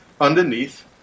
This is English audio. underneath